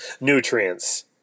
Nutrients